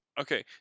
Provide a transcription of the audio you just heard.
Okay